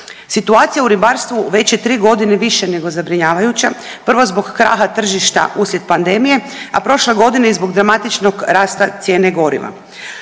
Situacija u ribarstvu već je tri godine više nego zabrinjavajuća, prvo zbog kraha tržišta uslijed pandemije, a prošle godine i zbog dramatičnog rasta cijene goriva.